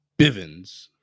Bivens